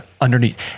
underneath